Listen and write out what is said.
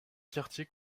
quartiers